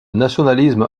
nationalisme